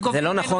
זה לא נכון